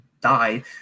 die